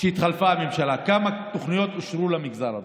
שהתחלפה הממשלה, כמה תוכניות אושרו למגזר הדרוזי,